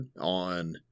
on